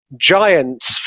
Giants